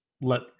let